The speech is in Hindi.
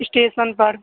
स्टेसन पर